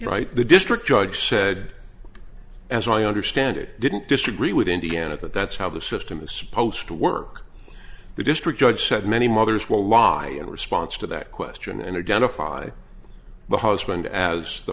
right the district judge said as i understand it didn't disagree with indiana that that's how the system is supposed to work the district judge said many mothers will lie in response to that question and identify the husband as the